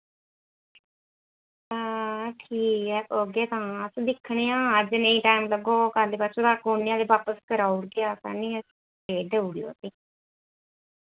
हां ठीक ऐ औगे तां अस दिक्खने आं अज्ज नेईं टैम लग्गोग कल परसूं तक ओह् इयां बी बापस कराऊड़गे अस आह्नियै ते देऊड़ेओ असें